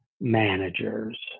managers